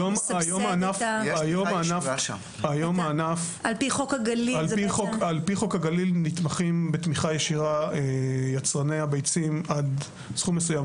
על פי חוק הגליל נתמכים בתמיכה ישירה יצרני הביצים עד סכום מסוים.